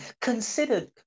considered